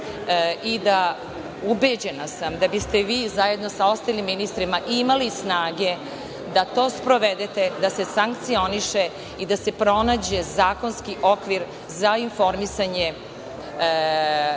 i ubeđena sam da biste vi zajedno sa ostalim ministrima imali snage da to sprovedete, da se sankcioniše, da se pronađe zakonski okvir za informisanje, da